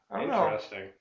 Interesting